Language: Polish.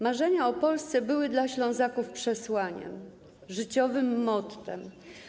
Marzenia o Polsce były dla Ślązaków przesłaniem, życiowym mottem.